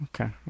Okay